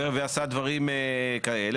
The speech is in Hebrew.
ועשה דברים כאלה.